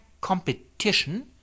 competition